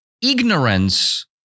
Ignorance